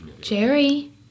Jerry